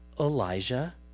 Elijah